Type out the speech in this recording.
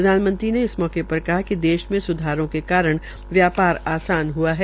प्रधानमंत्री ने इस मौके पर कहा कि देश में सुधारों के कारण व्यापार आसान हआ है